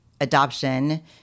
adoption